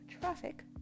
traffic